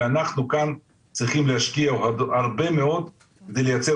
אבל אנחנו כאן צריכים להשקיע עוד הרבה מאד כדי לייצר